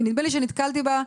נדמה לי שנתקלתי בה,